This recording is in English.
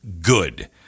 good